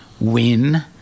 win